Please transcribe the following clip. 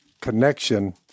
connection